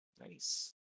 Nice